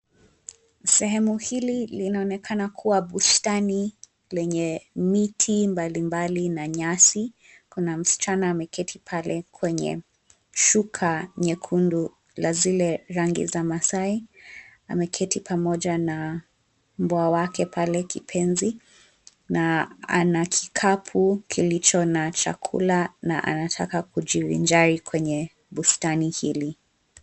Sehemu hili linaonekana kuwa bustani lenye miti mbalimbali na nyasi, kuna mchana ameketi pale kwenye shuka nyekundu la zile rangi za maasai, ameketi pamoja na mbwa wake pale kipenzi, na ana kikapu kilicho na chakula na anataka kujivinjari kwenye bustani hili.